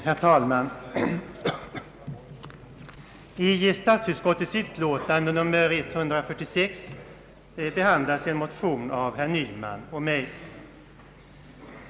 Herr talman! I statsutskottets utlåtande nr 146 behandlas en motion av herr Nyman och mig.